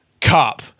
cup